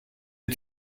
est